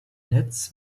netz